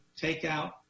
takeout